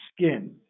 skin